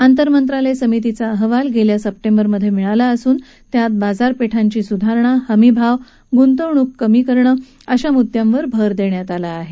आंतरमंत्रालय समितीचा अहवाल गेल्या स्पटेंबरमधे मिळाला असून त्यात बाजारपेठा हमीभाव गुंतवणूक कमी करणे अशा मुद्यांवर भर देण्यात आला आहे